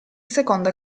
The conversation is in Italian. seconda